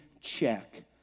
check